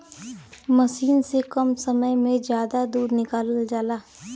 मसीन से कम समय में जादा दूध निकालल जाला